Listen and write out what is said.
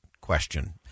question